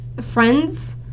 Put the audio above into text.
friends